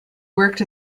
worked